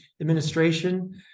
administration